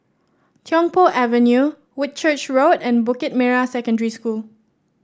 Tiong Poh Avenue Whitchurch Road and Bukit Merah Secondary School